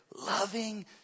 Loving